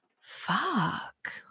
fuck